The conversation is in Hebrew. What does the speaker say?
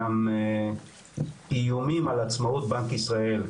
גם איומים על עצמאות בנק ישראל,